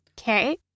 Okay